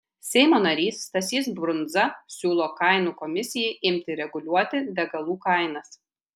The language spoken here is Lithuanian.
seimo narys stasys brundza siūlo kainų komisijai imti reguliuoti degalų kainas